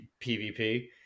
PVP